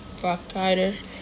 bronchitis